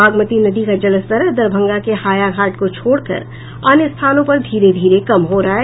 बागमती नदी का जलस्तर दरभंगा के हायाघाट को छोड़कर अन्य स्थानों पर धीरे धीरे कम हो रहा है